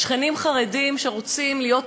שכנים חרדים שרוצים להיות אחים.